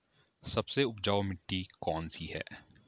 सबसे उपजाऊ मिट्टी कौन सी है?